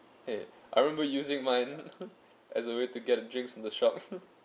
eh I remember using mine as a way to get drinks in the shop